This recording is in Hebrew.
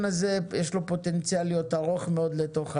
הזה יש לו פוטנציאל להיות ארוך מאוד לתוך הלילה,